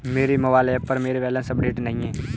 मेरे mobile app पर मेरा बैलेंस अपडेट नहीं है